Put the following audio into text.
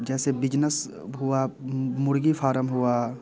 जैसे बिजनेस हुआ मुर्गी फार्म हुआ